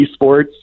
eSports